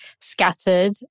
scattered